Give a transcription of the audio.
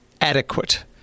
adequate